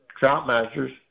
Troutmasters